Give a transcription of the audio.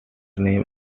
name